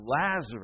Lazarus